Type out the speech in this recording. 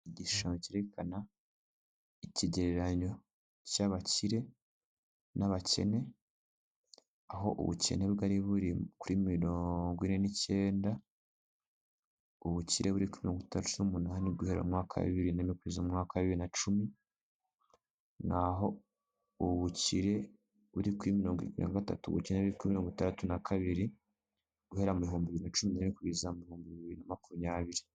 Igishushanyo cyerekana ikigereranyo cy'abakire n'abakene, aho ubukene bwari buri kuri mirongo ine n'icyenda, ubukire buri kuri mirongo itandatu n'umunani guhera mu mwaka wa bibiri na rimwe kugeza mu mwaka wa bibiri na cumi, naho ubukire buri kuri mirongo irindwi na gatatu, ubukene buri kuri mirongo itandatu na kabiri, guhera mu bihumbi bibiri na cumi na rimwe kugeza mu bihumbi bibiri na makumyabiri.